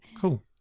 cool